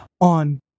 on